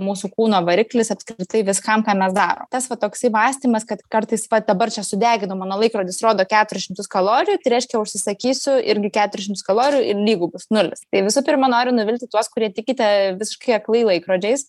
mūsų kūno variklis apskritai viskam ką mes darom tas va toksai mąstymas kad kartais va dabar čia sudegino mano laikrodis rodo keturis šimtus kalorijų tai reiškia užsisakysiu irgi keturis šimtus kalorijų ir lygu bus nulis tai visų pirma noriu nuvilti tuos kurie tikite visiškai aklai laikrodžiais